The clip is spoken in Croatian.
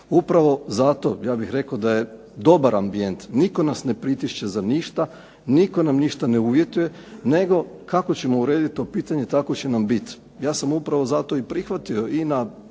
Upravo zato ja bih rekao da je dobar ambijent, nitko nas ne pritišće za ništa, nitko nam ništa ne uvjetuje, nego kako ćemo uredit to pitanje tako će nam bit. Ja sam upravo zato i prihvatio i na Odboru